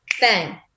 bang